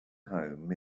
home